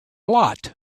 lot